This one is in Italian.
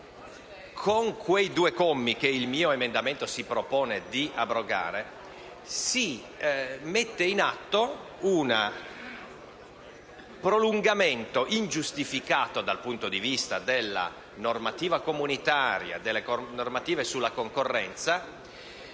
con quei commi che i miei emendamenti si propongono di abrogare, si mette in atto un prolungamento, ingiustificato dal punto di vista della normativa comunitaria e delle norme sulla concorrenza,